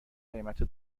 قیمت